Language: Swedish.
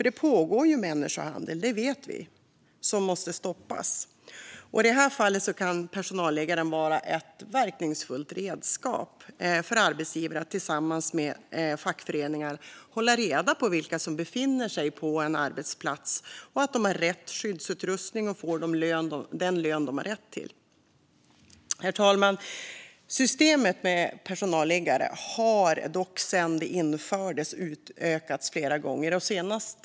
Det pågår nämligen människohandel - det vet vi - som måste stoppas, och i det fallet kan personalliggaren vara ett verkningsfullt redskap för arbetsgivare att tillsammans med fackföreningar hålla reda på vilka som befinner sig på en arbetsplats, att de har rätt skyddsutrustning och att de får den lön de har rätt till. Herr talman! Systemet med personalliggare har dock utökats flera gånger sedan det infördes.